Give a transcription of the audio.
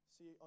See